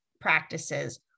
Practices